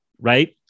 Right